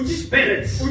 spirits